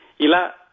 Ila